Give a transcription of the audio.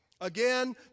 Again